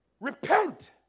Repent